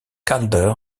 calder